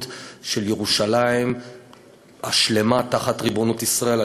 של ירושלים השלמה תחת ריבונות ישראל.